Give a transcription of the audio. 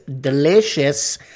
delicious